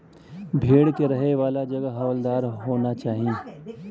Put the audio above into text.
भेड़ के रहे वाला जगह हवादार होना चाही